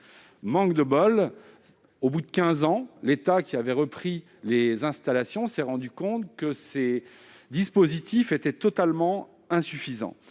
Manque de bol, au bout de quinze ans, l'État, qui avait repris les installations, s'est rendu compte que les dispositifs adoptés étaient totalement insuffisants,